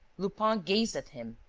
lupin gazed at him,